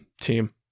team